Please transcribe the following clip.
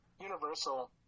Universal